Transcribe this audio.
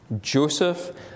Joseph